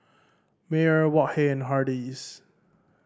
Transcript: Mayer Wok Hey and Hardy's